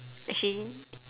actually